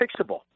fixable